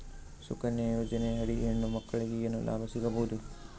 ಸುಕನ್ಯಾ ಯೋಜನೆ ಅಡಿ ಹೆಣ್ಣು ಮಕ್ಕಳಿಗೆ ಏನ ಲಾಭ ಸಿಗಬಹುದು?